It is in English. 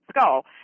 skull